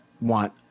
want